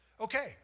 Okay